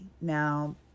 Now